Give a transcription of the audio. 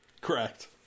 Correct